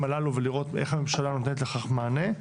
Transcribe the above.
הללו ולראות איך הממשלה נותנת לכך מענה.